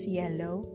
yellow